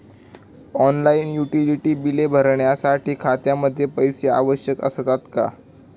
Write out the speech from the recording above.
Online utility बिले भरण्यासाठी खात्यामध्ये पैसे आवश्यक असतात का?